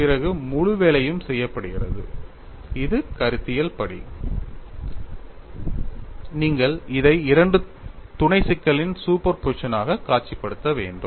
பிறகு முழு வேலையும் செய்யப்படுகிறது இது கருத்தியல் படி நீங்கள் இதை இரண்டு துணை சிக்கல்களின் சூப்பர் போசிஷனாகக் காட்சிப்படுத்த வேண்டும்